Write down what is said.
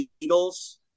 Eagles